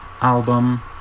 album